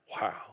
Wow